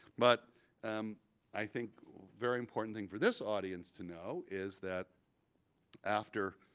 but um i think a very important thing for this audience to know is that after